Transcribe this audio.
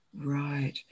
Right